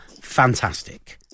fantastic